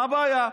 מה הבעיה?